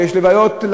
ויש לוויות,